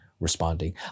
Responding